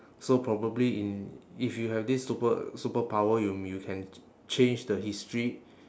so probably in if you have this super~ superpower you m~ you can ch~ change the history